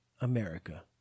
America